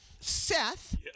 Seth